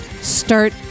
start